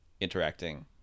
interacting